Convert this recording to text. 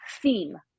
theme